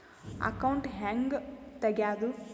Account ಹ್ಯಾಂಗ ತೆಗ್ಯಾದು?